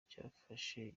cyafashe